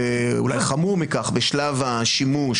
ואולי חמור מכך בשלב השימוש,